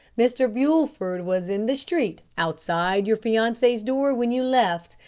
mr. bulford was in the street outside your fiancee's door when you left,